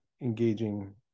engaging